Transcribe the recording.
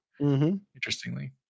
Interestingly